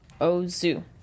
Ozu